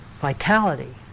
Vitality